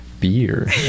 beer